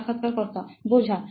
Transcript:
সাক্ষাৎকারকর্তা বোঝা